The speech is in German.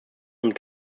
und